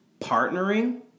partnering